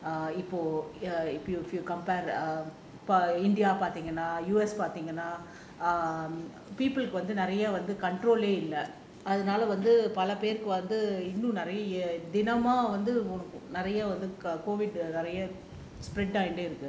இப்போ:ippo err if you compare err india பாத்தீங்கன்னா:paathinganaa U_S பாத்தீங்கன்னா வந்து நிறையா வந்து:paathinganaa vanthu niraiyaa vanthu control lane இல்ல அதுனால வந்து பலபேருக்கு வந்து இன்னு நிறையா தினமும் வந்து நிறையா:illa athunaala vanthu palapaerukku vanthu innu niraiyaa thinamum vanthu niraiyaa COVID ஆயிட்டே இருக்கு:ayitae iruku